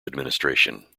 administration